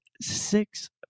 six